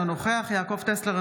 אינו נוכח יעקב טסלר,